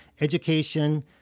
Education